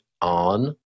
on